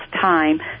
time